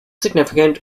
significant